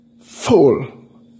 full